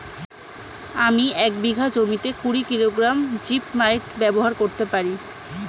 আমি এক বিঘা জমিতে কুড়ি কিলোগ্রাম জিপমাইট ব্যবহার করতে পারি?